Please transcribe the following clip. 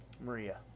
Maria